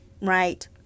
Right